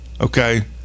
Okay